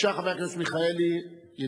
חבר הכנסת מיכאלי, בבקשה.